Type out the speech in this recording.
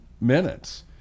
minutes